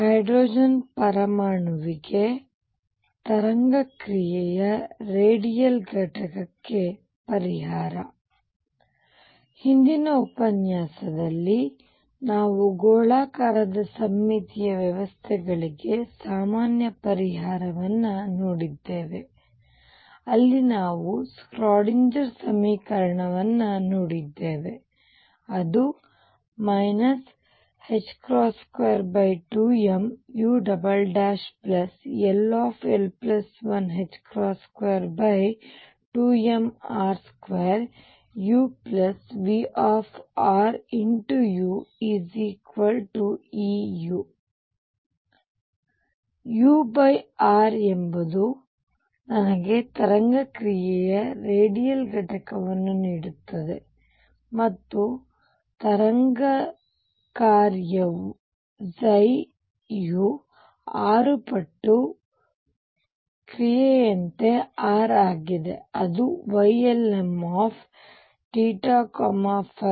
hydrogen ಪರಮಾಣುವಿಗೆ ತರಂಗ ಕ್ರಿಯೆಯ ರೇಡಿಯಲ್ ಘಟಕಕ್ಕೆ ಪರಿಹಾರ ಹಿಂದಿನ ಉಪನ್ಯಾಸದಲ್ಲಿ ನಾವು ಗೋಳಾಕಾರದ ಸಮ್ಮಿತೀಯ ವ್ಯವಸ್ಥೆಗಳಿಗೆ ಸಾಮಾನ್ಯ ಪರಿಹಾರವನ್ನು ನೋಡಿದ್ದೇವೆ ಅಲ್ಲಿ ನಾವು ಸ್ಕ್ರಾಡಿಂಜರ್ ಸಮೀಕರಣವನ್ನು ನೋಡಿದ್ದೇವೆ ಅದು 22mull122mr2uVruEu ur ಎಂಬುದು ನನಗೆ ತರಂಗ ಕ್ರಿಯೆಯ ರೇಡಿಯಲ್ ಘಟಕವನ್ನು ನೀಡುತ್ತದೆ ಮತ್ತು ತರಂಗ ಕಾರ್ಯ ವು r ಪಟ್ಟು ಕ್ರಿಯೆಯಂತೆ R ಆಗಿದೆ ಅದು Ylmθϕ